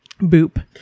boop